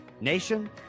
Nation